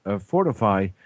fortify